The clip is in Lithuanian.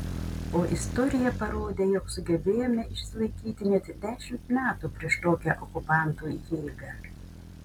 o istorija parodė jog sugebėjome išsilaikyti net dešimt metų prieš tokią okupantų jėgą